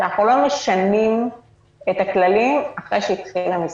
שאנחנו לא משנים את הכללים אחרי שהתחיל המשחק.